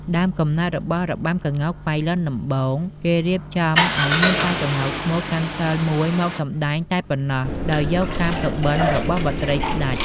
ដើមកំណើតរបស់របាំក្ងោកប៉ៃលិនដំបូង គេរៀបចំឲ្យមានតែក្ងោកឈ្មោលកាន់សីលមួយមកសម្តែងតែប៉ុណ្ណោះ ដោយយកតាមសុបិន្តរបស់បុត្រីស្តេច។